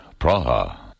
Praha